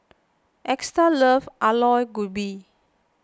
Esta loves Aloo Gobi